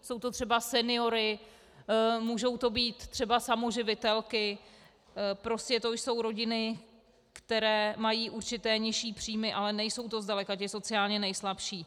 Jsou to třeba senioři, můžou to být třeba samoživitelky, prostě to jsou rodiny, které mají určité nižší příjmy, ale nejsou to zdaleka ti sociálně nejslabší.